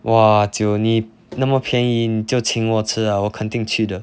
!wah! 酒你那么便宜就请我吃 ah 我肯定去的